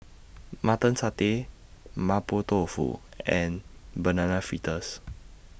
Mutton Satay Mapo Tofu and Banana Fritters